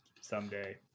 someday